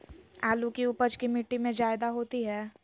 आलु की उपज की मिट्टी में जायदा होती है?